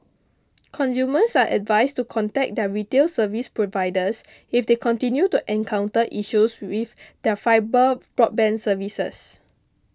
consumers are advised to contact their retail service providers if they continue to encounter issues with their fibre broadband services